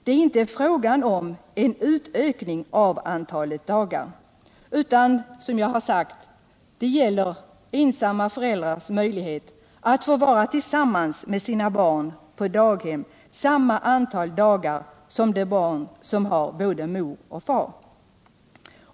Det är inte fråga om en ökning av antalet dagar utan det gäller, som jag redan sagt, ensamstående föräldrars möjlighet att få vara tillsammans med sina barn på daghem samma antal dagar som medges i de fall där barnen har både mor och far.